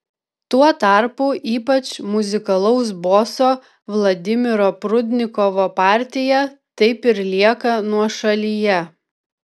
tuo tarpu ypač muzikalaus boso vladimiro prudnikovo partija taip ir lieka nuošalyje